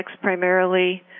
primarily